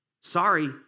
Sorry